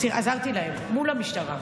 עזרתי להם מול המשטרה.